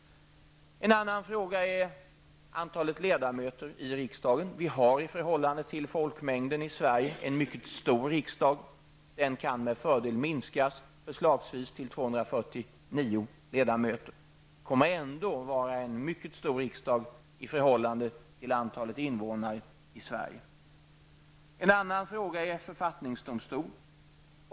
En annan fråga är antalet ledamöter i riksdagen. Vi har i förhållande till folkmängden i Sverige en mycket stor riksdag. Den kan med fördel minskas, förslagsvis till 249 ledamöter. Det kommer ändå att vara en mycket stor riksdag i förhållande till antalet invånare i Sverige. Ytterligare en fråga gäller författningsdomstol.